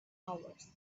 hours